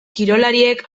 kirolariek